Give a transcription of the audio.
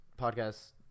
podcast